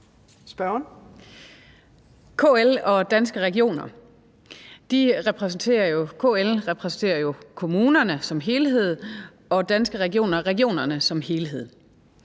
Dencker (DF): KL repræsenterer kommunerne som helhed, og Danske Regioner regionerne som helhed.